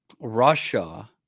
Russia